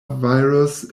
virus